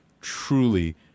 truly